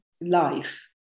life